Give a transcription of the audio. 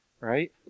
Right